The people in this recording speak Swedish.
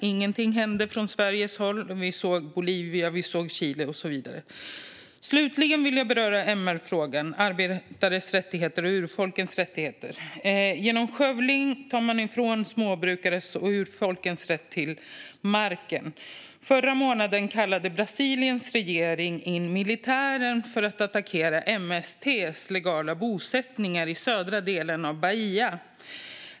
Ingenting hände från Sveriges håll. Vi såg Bolivia, vi såg Chile och så vidare. Slutligen vill jag beröra MR-frågan, arbetares rättigheter och urfolkens rättigheter. Genom skövling tar man ifrån småbrukarna och urfolken deras rätt till marken. Förra månaden kallade Brasiliens regering in militären för att attackera MST:s legala bosättningar i södra delen av Bahia.